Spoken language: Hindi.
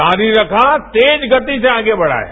जारी रखा तेज गति से आगे बढ़ाया